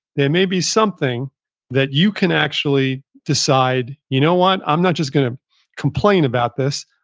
there may be something that you can actually decide, you know what? i'm not just going to complain about this.